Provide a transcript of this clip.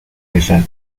رسد